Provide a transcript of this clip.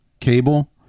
cable